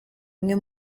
umwe